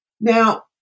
Now